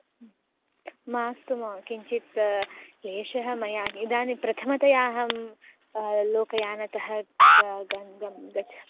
मास्तु अहो किञ्चित् क्लेशः मया इदानीं प्रथमतया अहं लोकयानतः क गं गं गच्छामि